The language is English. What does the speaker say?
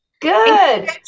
Good